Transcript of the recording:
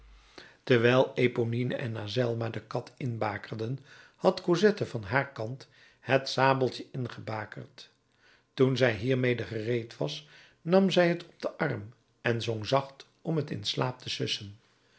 terwijl eponine en azelma de kat inbakerden had cosette van haar kant het sabeltje ingebakerd toen zij hiermede gereed was nam zij het op den arm en zong zacht om het in slaap te sussen